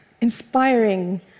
inspiring